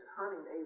hunting